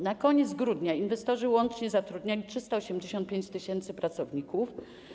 Na koniec grudnia inwestorzy łącznie zatrudniali 385 tys. pracowników.